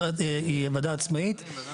החקלאי,